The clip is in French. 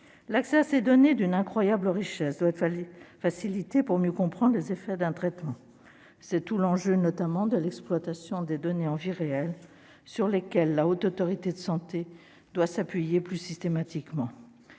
L'accès à ces données d'une incroyable richesse doit être facilité pour mieux comprendre les effets d'un traitement. C'est tout l'enjeu, notamment, de l'exploitation des données en vie réelle, sur lesquelles la Haute Autorité de santé doit s'appuyer plus systématiquement.